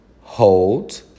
Hold